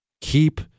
Keep